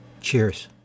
Cheers